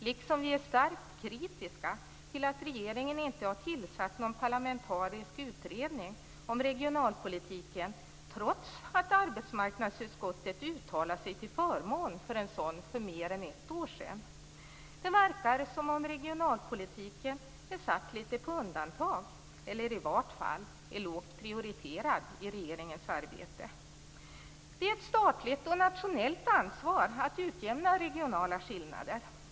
Likaså är vi starkt kritiska till att regeringen inte har tillsatt någon parlamentarisk utredning om regionalpolitiken trots att arbetsmarknadsutskottet uttalat sig till förmån för en sådan för mer än ett år sedan. Det verkar som om regionalpolitiken är satt litet grand på undantag eller i vart fall är lågt prioriterad i regeringens arbete. Det är ett statligt och nationellt ansvar att utjämna regionala skillnader.